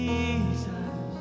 Jesus